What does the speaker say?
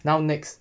now next